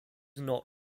not